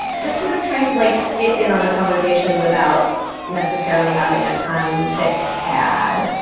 just sort of trying to like get in on the conversation without necessarily having a ton to add.